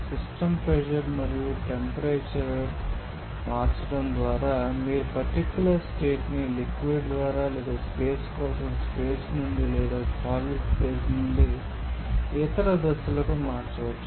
system pressure మరియు టెంపరేచర్ను మార్చడం ద్వారా మీరు పర్టికులర్ స్టేట్ ని లిక్విడ్ ద్వారా లేదా స్పేస్ కోసం స్పేస్ నుండి లేదా సాలిడ్ ఫేజ్ నుండి ఇతర దశలకు మార్చవచ్చు